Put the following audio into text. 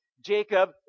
Jacob